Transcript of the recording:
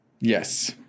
Yes